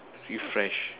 refresh